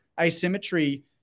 Asymmetry